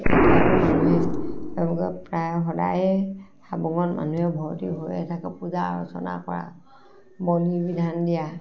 এতিয়াতো মানুহে তেওঁলোকে প্ৰায় সদায় হাবুঙত মানুহে ভৰ্তি হৈয়ে থাকে পূজা অৰ্চনা কৰা বলি বিধান দিয়া